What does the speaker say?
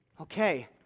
Okay